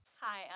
Hi